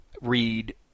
read